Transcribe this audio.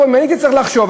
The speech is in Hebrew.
אם הייתי צריך לחשוב,